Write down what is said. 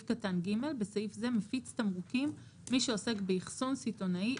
(ג) בסעיף זה "מפיץ תמרוקים" מי שעוסק באחסון סיטונאי,